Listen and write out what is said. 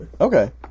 Okay